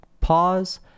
pause